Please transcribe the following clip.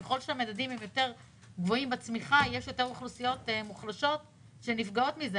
ככל שהמדדים גבוהים יותר בצמיחה יש יותר אוכלוסיות מוחלשות שנפגעות מזה.